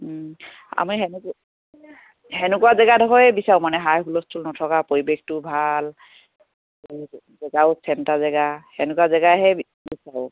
আমি তেনেকেই তেনেকুৱা জেগা এডোখৰে বিচাৰোঁ মানে হাই হুলস্থুল নথকা পৰিৱেশটো ভাল জেগাও চেন্টাৰ জেগা তেনেকুৱা জেগাইহে বিচাৰোঁ